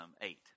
eight